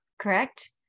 correct